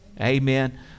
amen